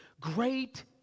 great